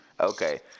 Okay